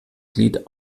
glied